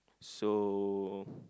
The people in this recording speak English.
so